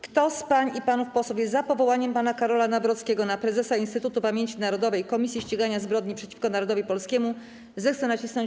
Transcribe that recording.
Kto z pań i panów posłów jest za powołaniem pana Karola Nawrockiego na prezesa Instytutu Pamięci Narodowej - Komisji Ścigania Zbrodni przeciwko Narodowi Polskiemu, zechce nacisnąć